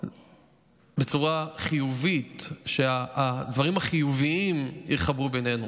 בצורה חיובית, שהדברים החיוביים יחברו בינינו: